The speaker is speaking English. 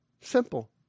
Simple